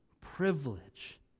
privilege